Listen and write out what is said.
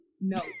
no